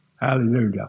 Hallelujah